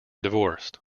divorced